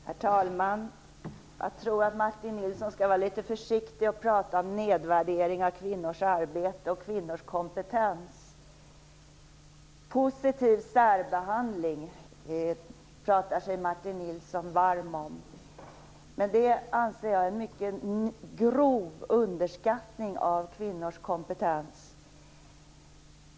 Herr talman! Jag tror att Martin Nilsson skall vara litet försiktig med att prata om nedvärdering av kvinnors arbete och kvinnors kompetens. Martin Nilsson pratar sig varm om positiv särbehandling. Jag anser att det är en mycket grov underskattning av kvinnors kompetens.